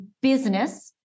business